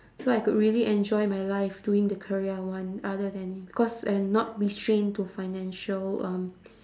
so I could really enjoy my life doing the career I want other than because and not be strained to financial um